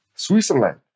Switzerland